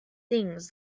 things